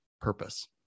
purpose